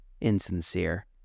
insincere